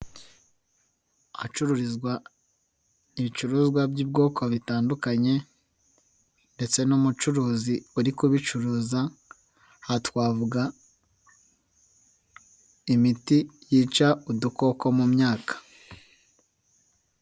Ahacururizwa ibicuruzwa by'ubwoko bitandukanye ndetse n'umucuruzi uri kubicuruza, aha twavuga imiti yica udukoko mu myaka.